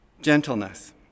Gentleness